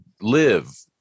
live